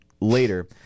later